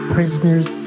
Prisoners